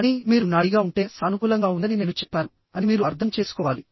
కానీ మీరు నాడీగా ఉంటే అది సహజమని సానుకూలంగా ఉందని నేను చెప్పాను అని మీరు అర్థం చేసుకోవాలి